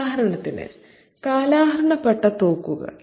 ഉദാഹരണത്തിന് കാലഹരണപ്പെട്ട തോക്കുകൾ